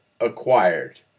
acquired